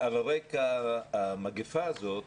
על רקע המגיפה הזאת